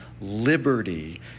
liberty